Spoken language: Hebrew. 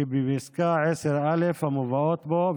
שבפסקה (10א) המובאת בו.